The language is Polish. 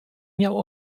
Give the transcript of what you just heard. miał